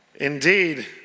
Indeed